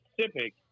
specific